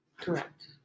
Correct